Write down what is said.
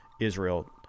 Israel